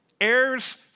Heirs